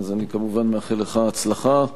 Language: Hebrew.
אז אני כמובן מאחל לך הצלחה.